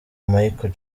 michael